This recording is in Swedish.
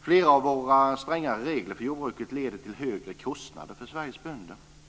Flera av våra strängare regler för jordbruket leder till högre kostnader för Sveriges bönder.